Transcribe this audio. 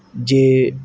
ਜੇ